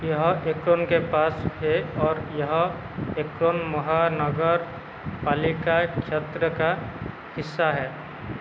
यह एक्रॉन के पास है और यह एक्रॉन महानगरपालिका क्षेत्र का हिस्सा है